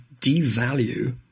devalue